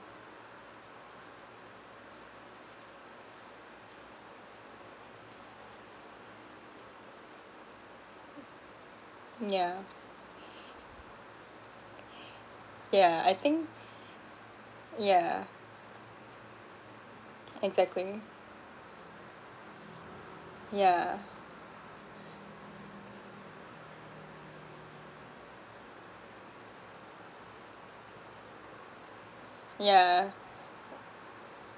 yeah yeah I think yeah exactly yeah yeah